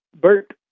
Bert